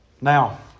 Now